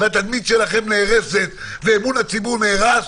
התדמית שלכם נהרסת ואמון הציבור נהרס.